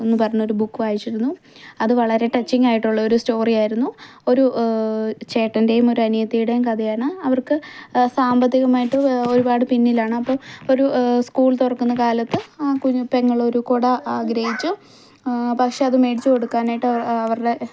എന്നു പറഞ്ഞൊരു ബുക്ക് വായിച്ചിരുന്നു അത് വളരെ ടച്ചിംഗ് ആയിട്ടുള്ളൊരു സ്റ്റോറി ആയിരുന്നു ഒരു ചേട്ടൻ്റെയും ഒരു അനിയത്തിയുടെയും കഥയാണ് അവർക്ക് സാമ്പത്തികമായിട്ട് ഒരുപാട് പിന്നിലാണ് അപ്പോൾ ഒരു സ്കൂൾ തുറക്കുന്ന കാലത്ത് ആ കുഞ്ഞുപെങ്ങളൊരു കുട ആഗ്രഹിച്ചു പക്ഷേ അത് മേടിച്ചു കൊടുക്കാനായിട്ട് അ അവരുടെ